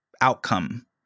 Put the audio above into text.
outcome